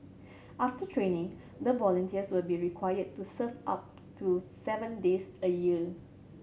after training the volunteers will be required to serve up to seven days a year